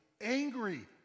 angry